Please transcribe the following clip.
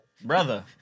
Brother